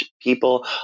people